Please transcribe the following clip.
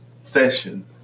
session